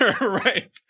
Right